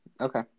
Okay